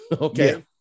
Okay